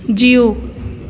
जीउ